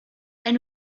and